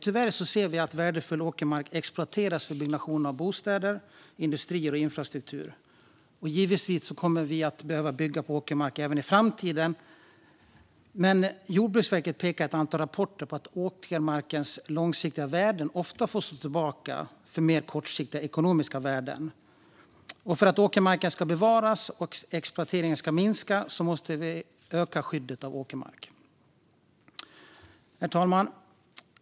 Tyvärr ser vi att värdefull åkermark exploateras för byggnation av bostäder, industrier och infrastruktur. Givetvis kommer vi att behöva bygga på åkermark även i framtiden, men Jordbruksverket pekar i ett antal rapporter på att åkermarkens långsiktiga värden ofta får stå tillbaka för mer kortsiktiga ekonomiska värden. För att åkermarken ska bevaras och exploateringen minska måste vi öka skyddet av åkermark. Herr talman!